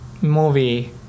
movie